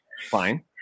fine